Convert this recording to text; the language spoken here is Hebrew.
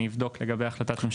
אני אבדוק לגבי החלטת ממשלה.